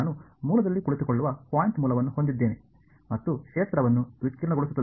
ನಾನು ಮೂಲದಲ್ಲಿ ಕುಳಿತುಕೊಳ್ಳುವ ಪಾಯಿಂಟ್ ಮೂಲವನ್ನು ಹೊಂದಿದ್ದೇನೆ ಮತ್ತು ಕ್ಷೇತ್ರವನ್ನು ವಿಕಿರಣಗೊಳಿಸುತ್ತದೆ